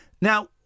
Now